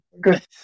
Good